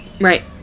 Right